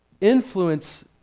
Influence